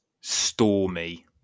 Stormy